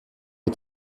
est